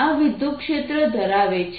આ વિદ્યુતક્ષેત્ર ધરાવે છે